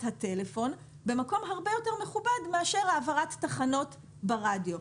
הטלפון והיא במקום הרבה יותר מכובד מאשר העברת תחנות ברדיו.